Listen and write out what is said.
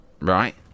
right